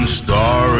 star